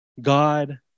God